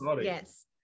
Yes